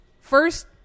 First